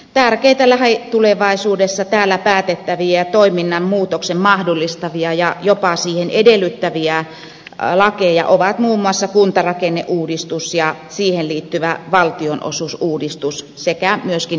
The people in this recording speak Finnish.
tärkeitä lähitulevaisuudessa täällä päätettäviä toiminnan muutoksen mahdollistavia ja jopa siihen edellyttäviä lakeja ovat muun muassa kuntarakenneuudistus ja siihen liittyvä valtionosuusuudistus sekä myöskin ikälaki